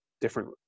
different